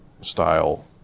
style